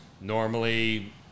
normally